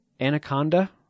Anaconda